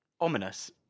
ominous